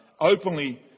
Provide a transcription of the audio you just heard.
openly